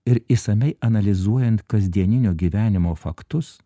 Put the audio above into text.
ir išsamiai analizuojant kasdieninio gyvenimo faktus